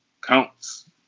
counts